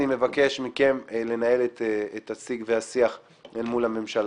אני מבקש מכם לנהל את השיג והשיח אל מול הממשלה.